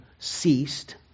ceased